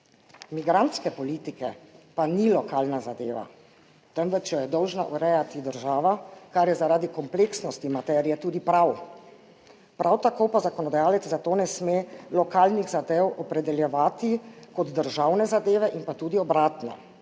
migrantske politike pa ni lokalna zadeva, temveč jo je dolžna urejati država, kar je zaradi kompleksnosti materije tudi prav, prav tako pa zakonodajalec za to ne sme lokalnih zadev opredeljevati kot državne zadeve in pa tudi obratno,